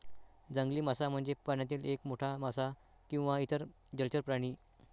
जंगली मासा म्हणजे पाण्यातील एक मोठा मासा किंवा इतर जलचर प्राणी